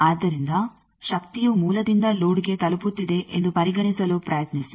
ಆದ್ದರಿಂದ ಶಕ್ತಿಯು ಮೂಲದಿಂದ ಲೋಡ್ಗೆ ತಲುಪುತ್ತಿದೆ ಎಂದು ಪರಿಗಣಿಸಲು ಪ್ರಯತ್ನಿಸಿ